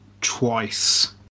twice